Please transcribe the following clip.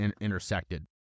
intersected